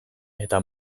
eta